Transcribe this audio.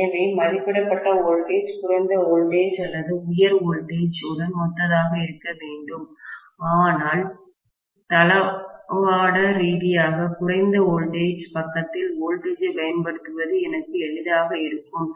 எனவே மதிப்பிடப்பட்ட வோல்டேஜ் குறைந்த வோல்டேஜ் அல்லது உயர் வோல்டேஜ் உடன் ஒத்ததாக இருக்க வேண்டும் ஆனால் தளவாட ரீதியாக குறைந்த வோல்டேஜ் பக்கத்தில் வோல்டேஜ் ஐப் பயன்படுத்துவது எனக்கு எளிதாக இருக்கும்